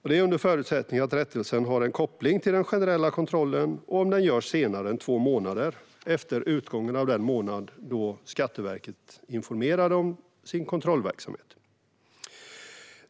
Detta är under förutsättning att rättelsen har en koppling till den generella kontrollen och om den görs senare än två månader efter utgången av den månad då Skatteverket informerade om sin kontrollverksamhet.